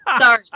Sorry